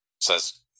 says